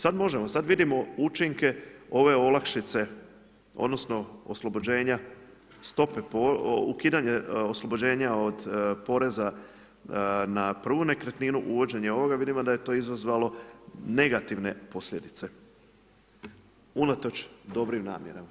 Sad možemo, sad vidimo učinke ove olakšice, odnosno oslobođenja stope, ukidanje oslobođenja od poreza na prvu nekretninu, uvođenje ovoga, vidimo da je to izazvalo negativne posljedice, unatoč dobrim namjerama.